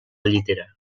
llitera